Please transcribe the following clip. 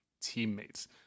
teammates